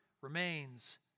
remains